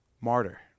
martyr